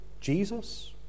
Jesus